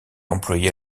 employées